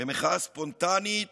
במחאה ספונטנית